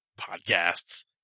Podcasts